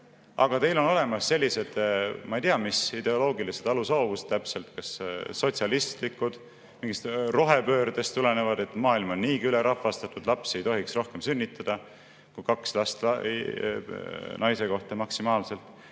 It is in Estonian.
Aga teil on olemas sellised, ma ei tea, mis ideoloogilised allhoovused täpselt, kas sotsialistlikud, mingist rohepöördest tulenevad, et maailm on niigi ülerahvastatud, lapsi ei tohiks rohkem sünnitada kui maksimaalselt kaks last